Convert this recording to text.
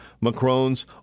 Macron's